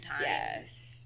Yes